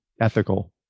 ethical